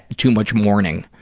too much mourning.